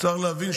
אפשר להצביע?